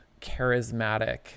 charismatic